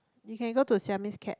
we can go to Siamese cat